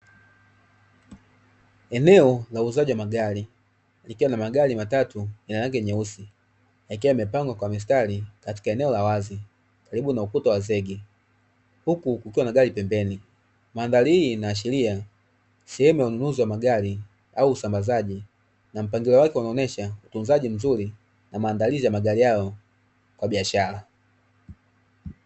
Eneo la uuzaji wa magari likiwa na magari matatu yana rangi nyeusi yakiwa yamepangwa kwa mistari katika eneo la wazi karibu na ukuta wa zege, huku kukiwa na gari pembeni. Mandhari hii inaashiria sehemu ya ununuzi wa magari au usambazaji na mpangilio wake unaonyesha utunzaji mzuri na maandalizi ya magari hayo kwa biashara.